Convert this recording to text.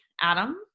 Adam